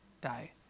die